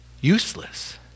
Useless